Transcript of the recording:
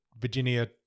Virginia